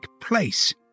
place